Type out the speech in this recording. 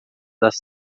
das